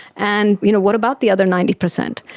and you know what about the other ninety percent?